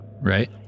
Right